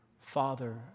Father